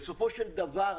בסופו של דבר,